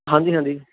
ਹਾਂਜੀ ਹਾਂਜੀ